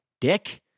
Dick